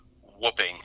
whooping